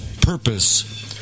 purpose